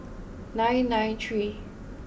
nine nine three